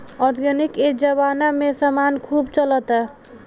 organic ए जबाना में समान खूब चलता